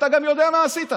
אתה גם יודע מה עשית.